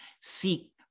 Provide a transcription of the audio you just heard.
seek